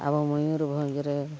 ᱟᱵᱚ ᱢᱚᱭᱩᱨᱵᱷᱚᱸᱡᱽ ᱨᱮ